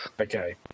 Okay